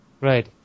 right